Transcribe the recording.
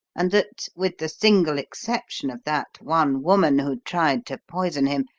and that, with the single exception of that one woman who tried to poison him,